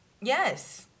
Yes